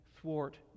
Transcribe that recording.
thwart